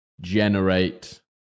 generate